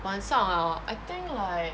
晚上 ah I think like